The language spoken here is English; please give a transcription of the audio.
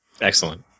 excellent